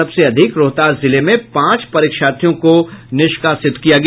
सबसे अधिक रोहतास जिले में पांच परीक्षार्थियों को निष्कासित किया गया